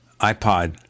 iPod